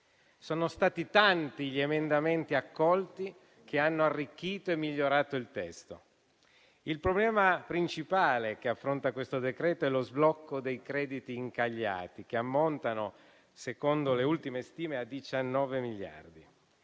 Sono stati tanti gli emendamenti accolti che hanno arricchito e migliorato il testo. Il problema principale che il decreto affronta è lo sblocco dei crediti incagliati che - secondo le ultime stime - ammontano